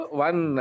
one